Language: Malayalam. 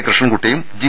കൃഷ്ണൻകുട്ടിയും ജി